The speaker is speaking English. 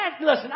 listen